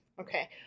Okay